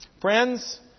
Friends